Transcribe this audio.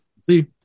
see